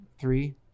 Three